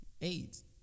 AIDS